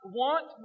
want